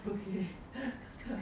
okay